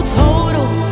total